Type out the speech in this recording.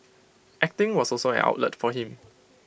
acting was also an outlet for him